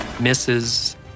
misses